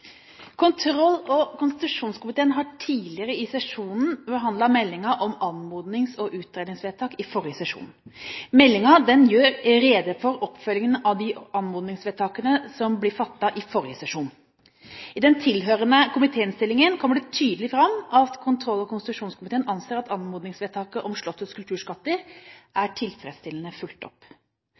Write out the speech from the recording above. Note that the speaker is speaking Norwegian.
utredningsvedtak fra forrige sesjon. Meldingen gjør rede for oppfølgingen av de anmodningsvedtakene som ble fattet i forrige sesjon. I den tilhørende komitéinnstillingen kommer det tydelig fram at kontroll- og konstitusjonskomiteen anser at anmodningsvedtaket om Slottets kulturskatter er tilfredsstillende fulgt opp.